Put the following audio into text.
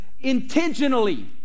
intentionally